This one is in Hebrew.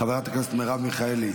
חברת הכנסת מרב מיכאלי,